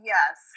Yes